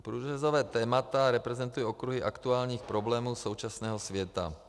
Průřezová témata reprezentují okruhy aktuálních problémů současného světa.